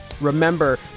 remember